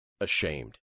ashamed